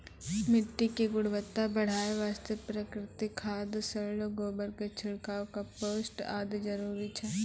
मिट्टी के गुणवत्ता बढ़ाय वास्तॅ प्राकृतिक खाद, सड़लो गोबर के छिड़काव, कंपोस्ट आदि जरूरी छै